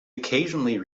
occasionally